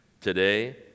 Today